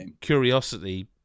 curiosity